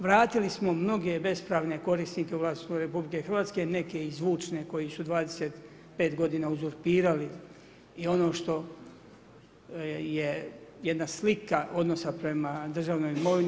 Vratili smo mnoge bespravne korisnike u vlasništvo RH, neke i zvučne koji su 25 godina uzurpirali i ono što je jedna slika odnosa prema državnoj imovini.